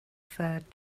third